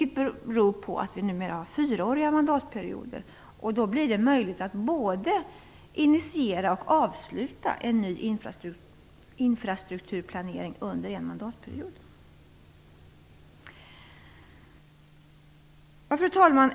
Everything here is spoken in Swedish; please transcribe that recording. Det beror på att vi numera har fyraåriga mandatperioder, och det blir då möjligt att både initiera och avsluta en ny infrastrukturplanering under en mandatperiod. Fru talman!